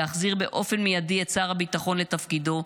ולהחזיר באופן מיידי את שר הביטחון לתפקידו,